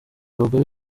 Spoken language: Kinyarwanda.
abagore